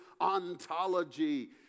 ontology